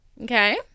okay